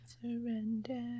Surrender